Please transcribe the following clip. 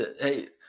Hey